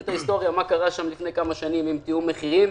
את ההיסטוריה ויודעים מה קרה שם לפני כמה שנים עם תיאום מחירים,